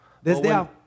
Desde